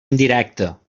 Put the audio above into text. indirecta